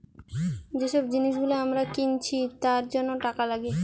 যে সব গুলো জিনিস আমরা কিনছি তার জন্য টাকা লাগে